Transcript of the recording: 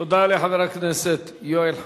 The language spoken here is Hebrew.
תודה לחבר הכנסת יואל חסון.